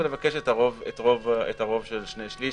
ולבקש את הרוב של שני-שליש